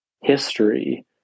history